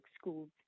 schools